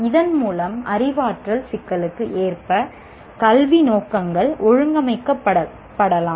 இதன் மூலம் அறிவாற்றல் சிக்கலுக்கு ஏற்ப கல்வி நோக்கங்கள் ஒழுங்கமைக்கப்படலாம்